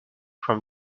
from